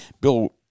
Bill